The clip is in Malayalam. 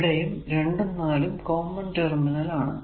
ഇവിടെയും 2 ഉം 4 ഉം കോമൺ ടെർമിനൽ ആണ്